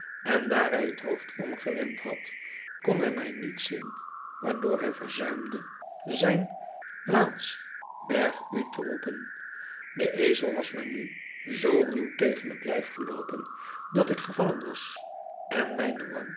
en daar hij het hoofd omgewend had kon hij mij niet zien waardoor hij verzuimde zijn plaats berg u te roepen de ezel was mij nu zoo ruw tegen het lijf geloopen dat ik gevallen was en mijne wang